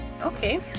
Okay